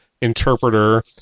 interpreter